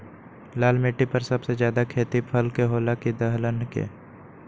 लाल मिट्टी पर सबसे ज्यादा खेती फल के होला की दलहन के?